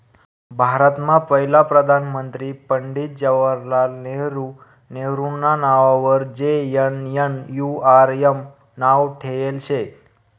भारतमा पहिला प्रधानमंत्री पंडित जवाहरलाल नेहरू नेहरूना नाववर जे.एन.एन.यू.आर.एम नाव ठेयेल शे